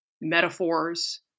metaphors